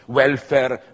welfare